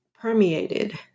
permeated